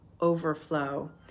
overflow